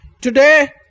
Today